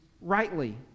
rightly